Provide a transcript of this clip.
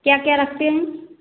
क्या क्या रखते हैं